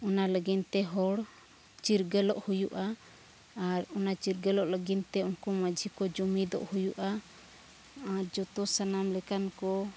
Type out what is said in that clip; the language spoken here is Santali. ᱚᱱᱟ ᱞᱟᱹᱜᱤᱫ ᱛᱮ ᱦᱚᱲ ᱪᱤᱨᱜᱟᱹᱞᱚᱜ ᱦᱩᱭᱩᱜᱼᱟ ᱟᱨ ᱚᱱᱟ ᱪᱤᱨᱜᱟᱹᱞᱚᱜ ᱞᱟᱹᱜᱤᱫ ᱛᱮ ᱩᱱᱠᱩ ᱢᱟᱺᱡᱷᱤ ᱠᱚ ᱡᱩᱢᱤᱫᱚᱜ ᱦᱩᱭᱩᱜᱼᱟ ᱟᱨ ᱡᱚᱛᱚ ᱥᱟᱱᱟᱢ ᱞᱮᱠᱟᱱ ᱠᱚ